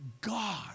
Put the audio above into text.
God